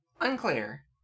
Unclear